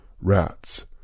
rats